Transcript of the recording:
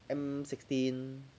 M sixteen